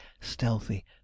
stealthy